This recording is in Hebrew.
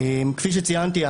כפי שציינתי,